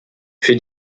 für